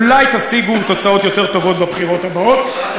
אולי תשיגו תוצאות יותר טובות בבחירות הבאות,